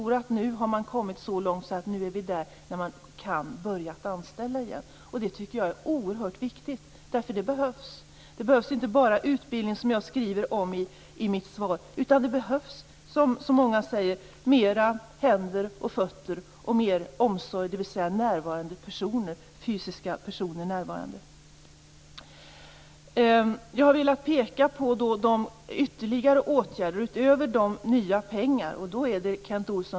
Men nu har man kommit så långt att det går att börja anställa igen. Det är oerhört viktigt - det behövs. Det behövs inte bara utbildning, som jag har sagt i mitt svar, utan det behövs fler händer och fötter och mer omsorg - dvs. fysiskt närvarande personer. Jag har velat peka på de ytterligare åtgärder utöver de nya pengar som har satsats.